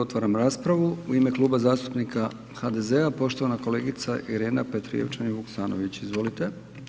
Otvaram raspravu u ime Kluba zastupnika HDZ-a poštovana kolegica Irena Petrijavčanin Vuksanović, izvolite.